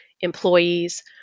employees